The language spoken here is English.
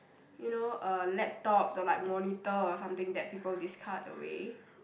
you know uh laptops or like monitor or something that people discard away